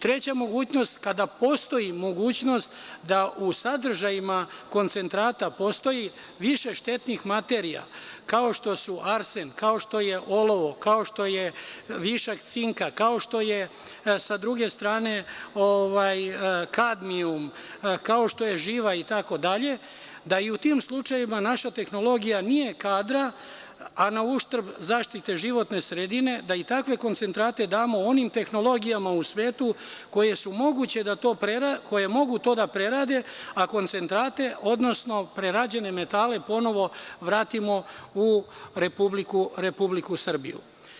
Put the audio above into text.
Treća mogućnost, kada postoji mogućnost da u sadržajima koncentrata postoji više štetnih materija, kao što su arsen, kao što je olovo, višak cinka, kao što je s druge strane kadmijum, kao što je živa, da i u tim slučajevima naša tehnologija nije kadra, a na uštrb zaštite životne sredine, da i takve koncentrate damo onim tehnologijama u svetu koje mogu to da prerade, a koncentrate, odnosno prerađene metale ponovo vratimo u Republiku Srbiju.